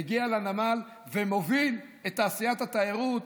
מגיע לנמל ומוביל את תעשיית התיירות,